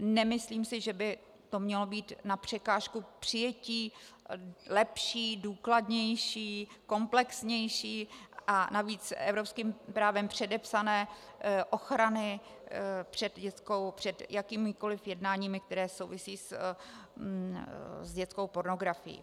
Nemyslím si, že by to mělo být na překážku přijetí lepší, důkladnější, komplexnější a navíc evropským právem předepsané ochrany před jakýmikoliv jednáními, která souvisí s dětskou pornografií.